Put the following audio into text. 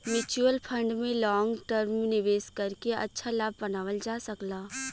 mutual fund में long term निवेश करके अच्छा लाभ बनावल जा सकला